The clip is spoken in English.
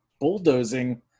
bulldozing